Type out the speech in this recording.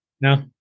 No